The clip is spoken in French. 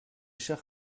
chers